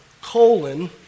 colon